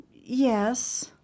Yes